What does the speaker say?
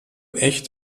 echt